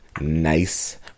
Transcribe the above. nice